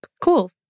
cool